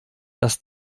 dass